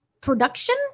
production